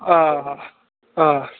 آ آ